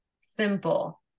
Simple